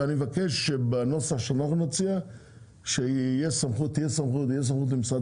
ואני מבקש שבנוסח שאנחנו נציע שתהיה סמכות למשרד